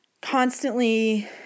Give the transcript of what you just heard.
constantly